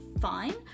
fine